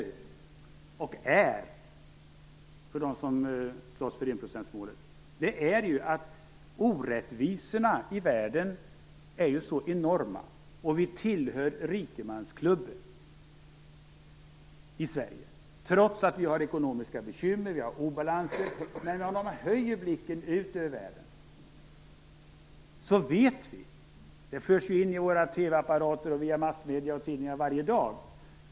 Orättvisorna i världen är så enorma. Vi tillhör rikemansklubben i Sverige, trots att vi har ekonomiska bekymmer och obalanser. Om vi höjer blicken ut över världen ser vi att vi tillhör rikemansklubben globalt sett. Det förs in via våra TV-apparater och via massmedier och tidningar varje dag.